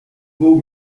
vos